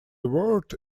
word